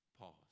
pause